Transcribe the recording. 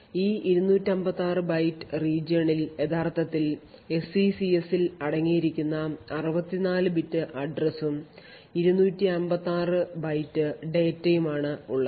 ഈ 256 byte region ൽ യഥാർത്ഥത്തിൽ SECS ൽ അടങ്ങിയിരിക്കുന്ന 64 ബിറ്റ് address ഉം 256 ബൈറ്റ് data ഉം ആണ് ഉള്ളത്